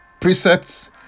precepts